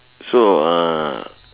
so uh